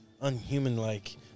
unhuman-like